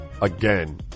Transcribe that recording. again